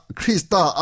krista